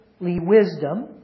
wisdom